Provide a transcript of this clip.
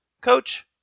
Coach